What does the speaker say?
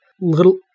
little –